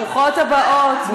ברוכות הבאות.